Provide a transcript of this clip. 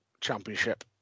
Championship